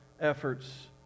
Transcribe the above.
efforts